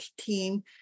team